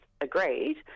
agreed